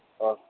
okay